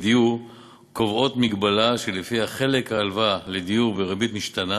לדיור קובעות מגבלה שלפיה חלק ההלוואה לדיור בריבית משתנה